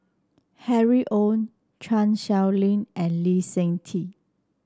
Harry Ord Chan Sow Lin and Lee Seng Tee